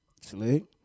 Sleep